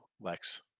Lex